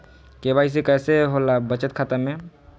KYC कैसे होला बचत खाता में?